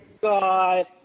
God